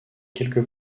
quelques